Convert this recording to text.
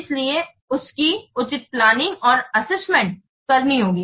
इसलिए उसकी उचित प्लानिंग और अस्सेस्मेंट करनी होगी